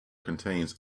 contains